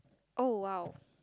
oh !wow!